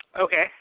Okay